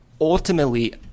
ultimately